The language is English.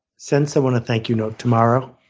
send someone a thank you note tomorrow.